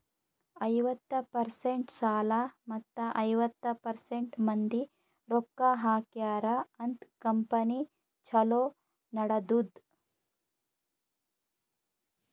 ಐವತ್ತ ಪರ್ಸೆಂಟ್ ಸಾಲ ಮತ್ತ ಐವತ್ತ ಪರ್ಸೆಂಟ್ ಮಂದಿ ರೊಕ್ಕಾ ಹಾಕ್ಯಾರ ಅಂತ್ ಕಂಪನಿ ಛಲೋ ನಡದ್ದುದ್